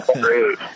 Great